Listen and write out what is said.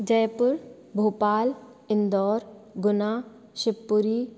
जयपुरं भोपालः इन्दोरः गुना शिवपुरि